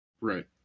right